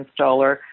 installer